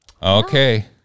Okay